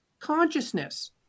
consciousness